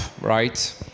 right